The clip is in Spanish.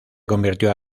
convirtió